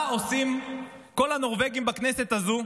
מה עושים כל הנורבגים בכנסת הזו,